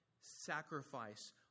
sacrifice